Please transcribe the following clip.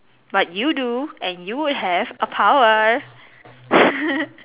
but you do and you would have a power